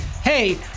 hey